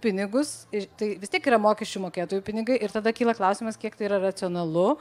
pinigus ir tai vis tiek yra mokesčių mokėtojų pinigai ir tada kyla klausimas kiek tai yra racionalu